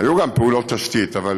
היו פעולות תשתית, אבל